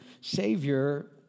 Savior